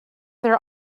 their